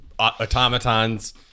automatons